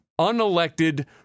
unelected